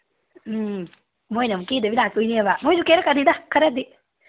ꯎꯝ ꯃꯈꯣꯏꯅ ꯑꯃꯨꯛ ꯀꯦꯗꯕꯤ ꯂꯥꯛꯀꯗꯣꯏꯅꯦꯕ ꯃꯈꯣꯏꯁꯨ ꯀꯦꯔꯛꯀꯅꯤꯗ ꯈꯔꯗꯤ